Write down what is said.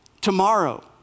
tomorrow